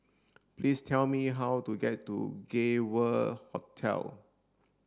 please tell me how to get to Gay World Hotel